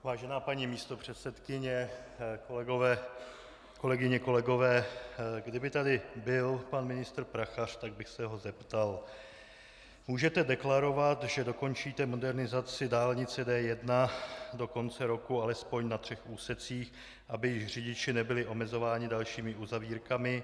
Vážená paní místopředsedkyně, kolegyně, kolegové, kdyby tady byl pan ministr Prachař, tak bych se ho zeptat: Můžete deklarovat, že dokončíte modernizaci dálnice D1 do konce roku alespoň na třech úsecích, aby již řidiči nebyli omezováni dalšími uzavírkami?